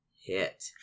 Hit